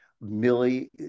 Millie